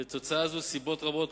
לתוצאה זו סיבות רבות,